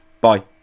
Bye